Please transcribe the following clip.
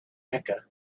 mecca